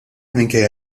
minkejja